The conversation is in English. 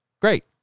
Great